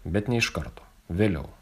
bet ne iš karto vėliau